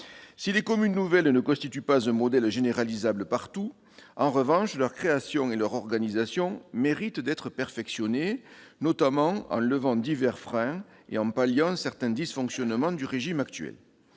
Si les communes nouvelles ne constituent pas un modèle généralisable, leur création et leur organisation méritent néanmoins d'être perfectionnées, notamment en levant divers freins et en palliant certains dysfonctionnements du régime actuel.